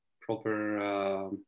proper